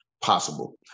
possible